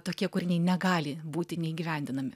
tokie kūriniai negali būti neįgyvendinami